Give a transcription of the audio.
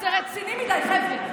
זה רציני מדי, חבר'ה.